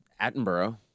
Attenborough